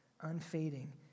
unfading